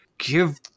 Give